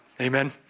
Amen